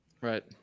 Right